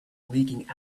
leaking